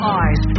eyes